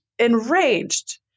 Enraged